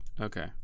Okay